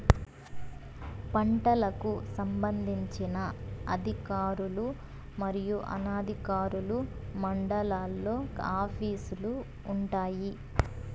పంటలకు సంబంధించిన అధికారులు మరియు అనధికారులు మండలాల్లో ఆఫీస్ లు వుంటాయి?